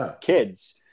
Kids